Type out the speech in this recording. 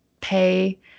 pay